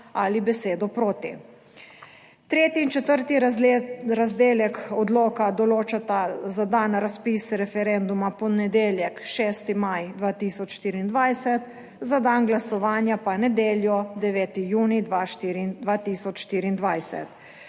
ali besedo "proti". Tretji in četrti razdelek odloka določata za dan razpis referenduma v ponedeljek, 6. maj 2024, za dan glasovanja pa nedeljo, 9. junij 2024.